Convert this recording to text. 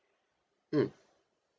mm